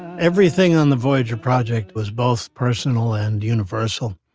everything on the voyager project was both personal and universal.